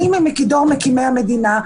אני מדור מקימי המדינה,